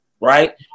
right